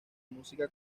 música